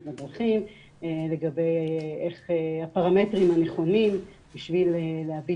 בדרכים לגבי מה הפרמטרים הנכונים בשביל להביא